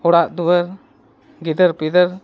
ᱚᱲᱟᱜ ᱫᱩᱣᱟᱹᱨ ᱜᱤᱫᱟᱹᱨ ᱯᱤᱫᱟᱹᱨ